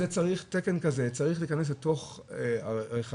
תקן כזה צריך להיכנס לתוך רכבים,